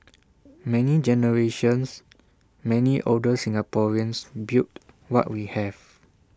many generations many older Singaporeans built what we have